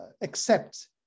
accept